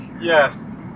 Yes